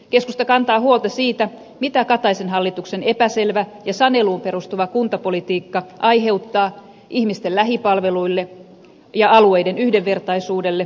keskusta kantaa huolta siitä pitää kataisen hallituksen epäselvä ja saneluun perustuva kuntapolitiikka aiheuttaa ihmisten lähipalveluille ja alueiden yhdenvertaisuudelle